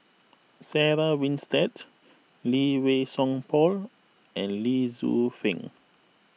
Sarah Winstedt Lee Wei Song Paul and Lee Tzu Pheng